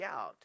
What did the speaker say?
out